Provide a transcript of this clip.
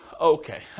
Okay